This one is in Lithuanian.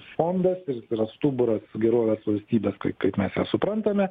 fondas ir jis yra stuburas gerovės valstybės kaip mes ją suprantame